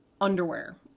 underwear